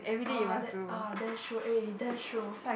ah that ah that is true eh that is true